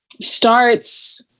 starts